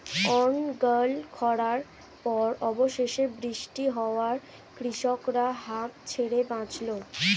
অনর্গল খড়ার পর অবশেষে বৃষ্টি হওয়ায় কৃষকরা হাঁফ ছেড়ে বাঁচল